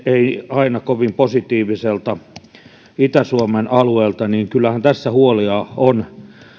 ei aina kovin positiiviselta itä suomen alueelta niin kyllähän tässä huolia on